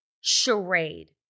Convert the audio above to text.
charade